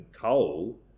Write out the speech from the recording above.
coal